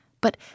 but